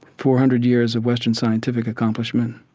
four hundred years of western scientific accomplishment.